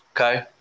Okay